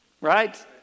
Right